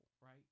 right